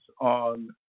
on